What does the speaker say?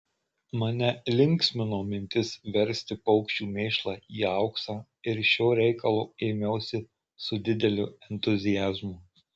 mane linksmino mintis versti paukščių mėšlą į auksą ir šio reikalo ėmiausi su dideliu entuziazmu